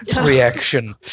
Reaction